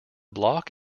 block